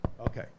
Okay